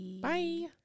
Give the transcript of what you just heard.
Bye